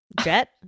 jet